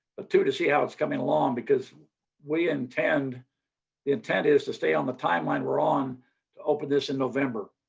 ah to to see how it's coming along because we intend the intent is to stay on the timeline we're on to open this in november.